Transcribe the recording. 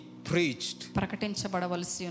preached